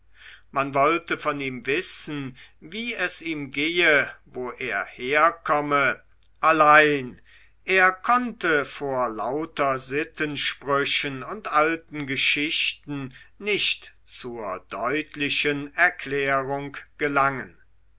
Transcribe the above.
man wollte von ihm wissen wie es ihm gehe wo er herkomme allein er konnte vor lauter sittensprüchen und alten geschichten nicht zur deutlichen erklärung gelangen